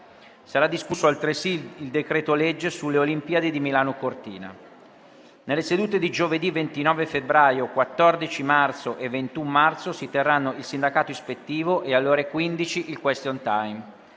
Sarà discusso altresì il decreto-legge sulle Olimpiadi di Milano-Cortina. Nelle sedute di giovedì 29 febbraio, 14 marzo e 21 marzo si terranno il sindacato ispettivo e, alle ore 15, il question time.